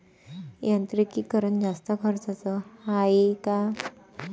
यांत्रिकीकरण जास्त खर्चाचं हाये का?